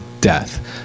death